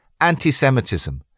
antisemitism